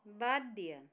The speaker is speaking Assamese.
বাদ দিয়া